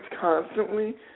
constantly